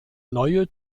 neue